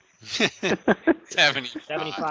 Seventy-five